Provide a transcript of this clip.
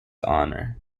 honor